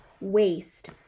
waste